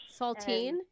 Saltine